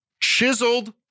chiseled